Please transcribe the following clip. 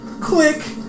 click